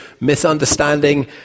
misunderstanding